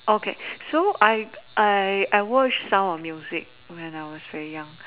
okay so I I I watch sound of music when I was very young